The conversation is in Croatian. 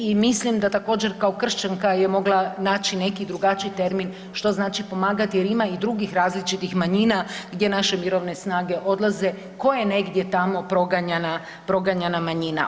I mislim da također kao kršćanka je mogla naći neki drugačiji termin što znači pomagati jer ima i drugih različitih manjina gdje naše mirovine snage odlaze koje negdje tamo proganjana manjina.